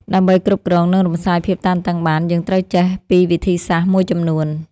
ដើម្បីគ្រប់គ្រង និងរំសាយភាពតានតឹងបាន យើងត្រូវចេះពីវិធីសាស្ត្រមួយចំនួន។